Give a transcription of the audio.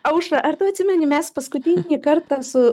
aušra ar tu atsimeni mes paskutinį kartą su